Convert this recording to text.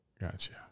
Gotcha